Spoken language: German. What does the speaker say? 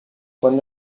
von